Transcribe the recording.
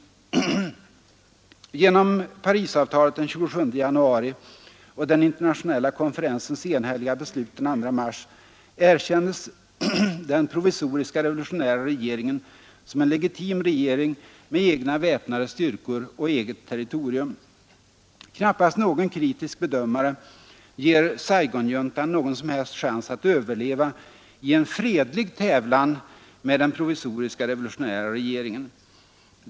Genom Parisavtalet den 27 januari och den internationella konferensens enhälliga beslut den 2 mars erkändes den provisoriska revolutionära regeringen som en legitim regering med egna väpnade styrkor och eget territorium. Knappast någon kritisk bedömare ger Saigonjuntan någon som helst chans att överleva i en fredlig tävlan med den provisoriska revolutionära regeringen.